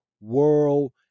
World